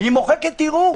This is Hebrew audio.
מוחקת ערעור